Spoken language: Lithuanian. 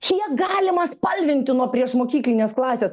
kiek galima spalvinti nuo priešmokyklinės klasės